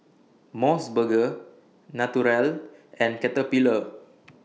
Mos Burger Naturel and Caterpillar